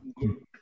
good